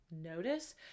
notice